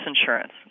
insurance